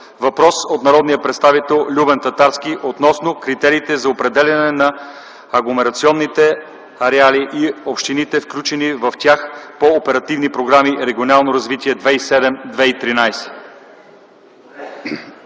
Въпрос от народния представител Любен Татарски относно критериите за определяне на агломерационните ареали и на общините, включени в тях по Оперативна програма „Регионално развитие” 2007-2013